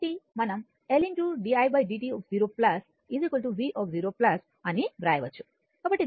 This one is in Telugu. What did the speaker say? కాబట్టి మనం L didt0 v0 అని వ్రాయవచ్చు